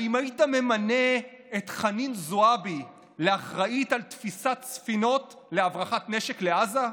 האם היית ממנה את חנין זועבי לאחראית לתפיסת ספינות להברחת נשק לעזה?